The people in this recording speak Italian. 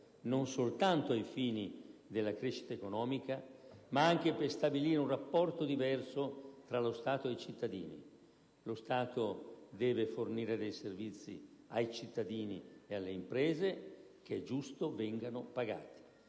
non soltanto ai fini della crescita economica, ma anche per stabilire un rapporto diverso tra lo Stato e i cittadini. Lo Stato deve fornire dei servizi ai cittadini e alle imprese che è giusto vengano pagati,